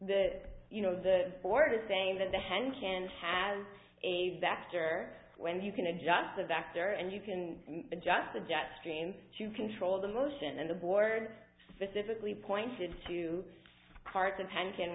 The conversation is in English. that you know the board is saying that the hand can have a factor when you can adjust the doctor and you can adjust the jetstream to control the motion and the board specifically pointed to parts and